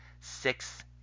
six